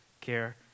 care